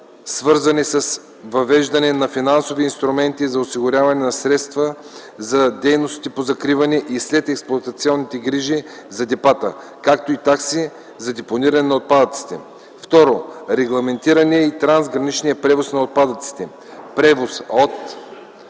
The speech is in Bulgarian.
свързани с въвеждане на финансови инструменти за осигуряване на средства за дейностите по закриване и следексплоатационните грижи за депата, както и такси за депониране на отпадъците. 2. Регламентиране и трансграничният превоз на отпадъците,